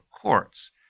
courts